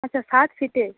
আচ্ছা ষাট সিটের